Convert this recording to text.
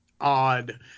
odd